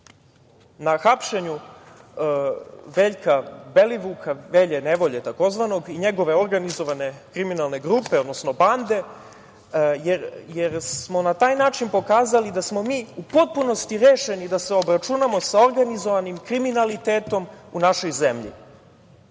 na hapšenju Veljka Belivuka, tzv. Velje Nevolje i njegove organizovane kriminalne grupe, odnosno bande jer smo na taj način pokazali da smo mi u potpunosti rešeni da se obračunamo sa organizovanim kriminalitetom u našoj zemlji.